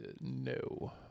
no